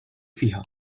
فيها